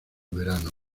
verano